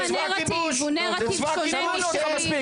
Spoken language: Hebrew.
וגם אם הנרטיב הוא נרטיב שונה משלי,